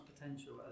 potential